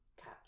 catch